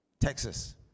Texas